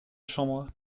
chambre